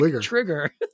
trigger